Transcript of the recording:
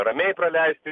ramiai praleisti